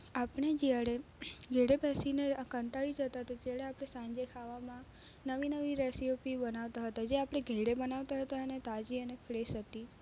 આપણે જ્યારે ઘેરે બેસીને આ કંટાળી જતાં હતા ત્યારે આપણે સાંજે ખાવામાં નવી નવી રેસીપી બનાવતા હતા જે આપણે ઘરે બનાવતા હતા અને તાજી અને ફ્રેસ હતી